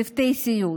צוותי סיעוד,